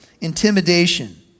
intimidation